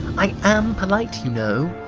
i am polite you know.